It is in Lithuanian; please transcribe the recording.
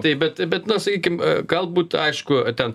taip bet bet na sakykim galbūt aišku ten